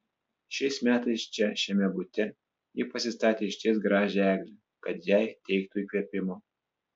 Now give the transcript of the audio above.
šiais metais čia šiame bute ji pasistatė išties gražią eglę kad jai teiktų įkvėpimo